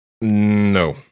No